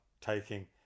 taking